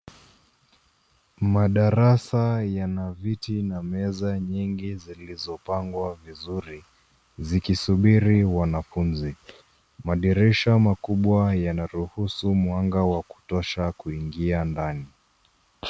Madarasa yana viti na meza nyingi zilizopangwa vizuri zikisubiri wanafunzi, madirisha makubwa yanaruhusu mwanga wa kutosha kuingia ndani.